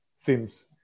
Seems